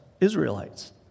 Israelites